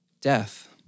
death